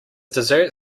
dessert